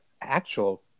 actual